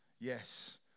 yes